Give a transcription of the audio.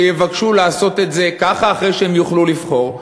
יבקשו לעשות את זה ככה אחרי שהם יוכלו לבחור,